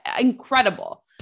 incredible